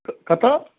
कतऽ